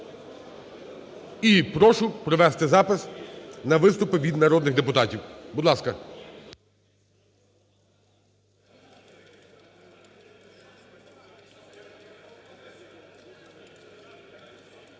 І прошу провести запис на виступи від народних депутатів, будь ласка.